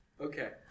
Okay